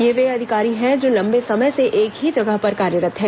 ये वे अधिकारी हैं जो लंबे समय से एक ही जगह पर कार्यरत् हैं